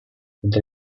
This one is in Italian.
mentre